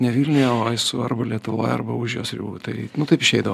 ne vilniuje o esu arba lietuvoj arba už jos ribų tai nu taip išeidavo